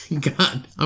God